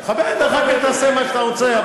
אחר כך תעשה מה שאתה רוצה,